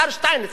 שר האוצר,